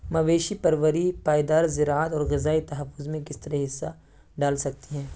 مویشی پروری پائیدار زراعت اور غذائی تحفظ میں کس طرح حصہ ڈال سکتی ہیں